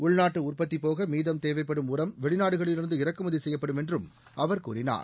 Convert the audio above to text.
உள்நாட்டு உற்பத்தி போக மீதம் தேவைப்படும் உரம் வெளிநாடுகளிலிருந்து இறக்குமதி செய்யப்படும் என்றும் அவர் கூறினார்